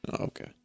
Okay